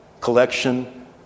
collection